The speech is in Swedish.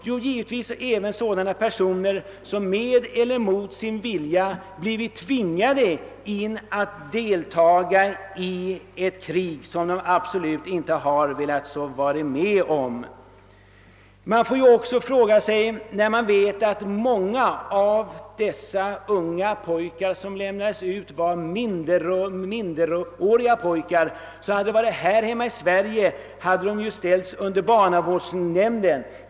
Jo, givetvis även sådana personer som mot sin vilja blivit tvingade att delta i ett krig som de inte velat vara med om. Vi vet dessutom att många av dem som lämnades ut var minderåriga pojkar som, om de varit svenskar, hade omhändertagits av barnavårdsmyndigheterna.